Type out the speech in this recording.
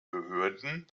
behörden